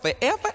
forever